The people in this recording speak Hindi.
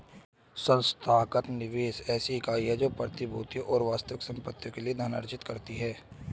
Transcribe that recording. संस्थागत निवेशक ऐसी इकाई है जो प्रतिभूतियों और वास्तविक संपत्तियों के लिए धन अर्जित करती है